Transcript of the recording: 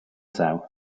south